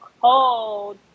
cold